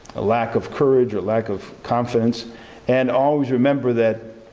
lack of courage, or lack of confidence and always remember that